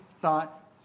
thought